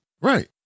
Right